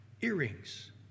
earrings